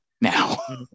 now